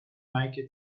meike